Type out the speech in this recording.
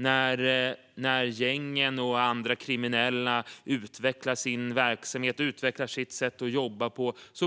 När gängen och andra kriminella utvecklar sin verksamhet och sitt sätt att jobba